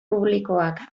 publikoak